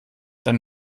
dann